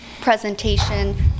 presentation